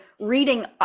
reading